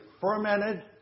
fermented